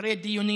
אחרי דיונים